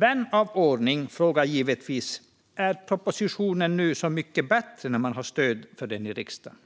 Vän av ordning frågar sig givetvis om propositionen är så mycket bättre nu när man fått stöd för den i riksdagen.